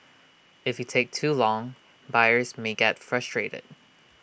if you take too long buyers may get frustrated